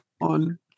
on